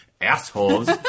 assholes